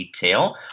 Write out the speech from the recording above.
Detail